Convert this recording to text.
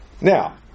Now